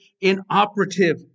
inoperative